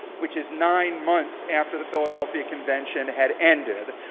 which is nine months after the philadelphia convention had ended.